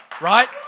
Right